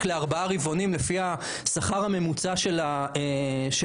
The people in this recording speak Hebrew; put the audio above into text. לארבעה רבעונים לפי השכר הממוצע של הענף,